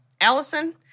Allison